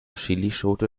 chillischote